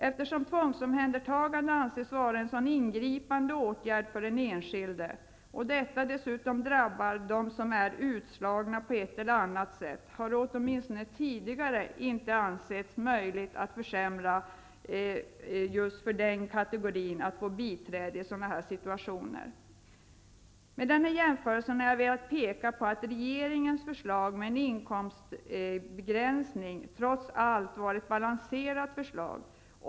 Eftersom tvångsomhändertagande anses vara en så ingripande åtgärd för den enskilde, och detta dessutom drabbar dem som är utslagna på ett eller annat sätt, har det åtminstone tidigare inte ansetts möjligt att försämra för just den kategorin när det gällt att få biträde i sådana här situationer. Med denna jämförelse har jag velat peka på att regeringens förslag om en inkomstbegränsning trots allt är ett balanserat förslag.